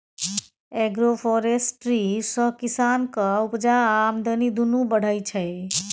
agroforestry सँ किसानक उपजा आ आमदनी दुनु बढ़य छै